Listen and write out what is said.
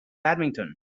badminton